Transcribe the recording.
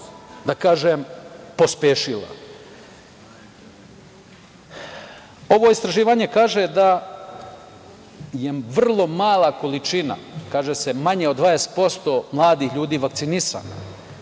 da kažem, pospešila. Ovo istraživanje kaže da je vrlo mala količina, kaže se, manje od 20%, mladih ljudi vakcinisana,